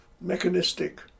mechanistic